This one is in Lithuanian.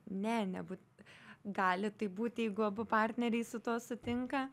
ne nebūt gali taip būti jeigu abu partneriai su tuo sutinka